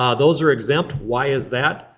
um those are exempt. why is that?